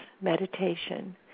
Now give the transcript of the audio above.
meditation